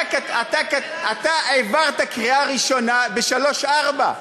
אתה העברת קריאה ראשונה ב-3.4%.